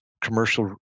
Commercial